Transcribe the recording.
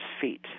feet